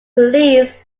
police